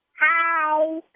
hi